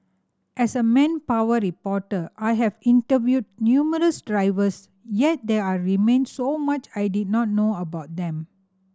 as a manpower reporter I have interviewed numerous drivers yet there remained so much I did not know about them